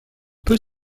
peut